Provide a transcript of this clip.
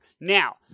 Now